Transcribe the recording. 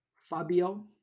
Fabio